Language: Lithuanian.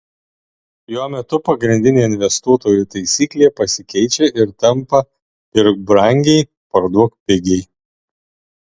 jo metu pagrindinė investuotojų taisyklė pasikeičia ir tampa pirk brangiai parduok pigiai